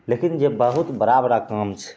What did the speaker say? लेकिन जे बहुत बड़ाबड़ा काम छै